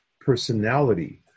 personality